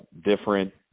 different